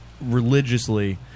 religiously